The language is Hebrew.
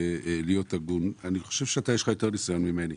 להיות הגון - יש לך יותר ניסיון ממני.